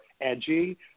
edgy